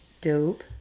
Dope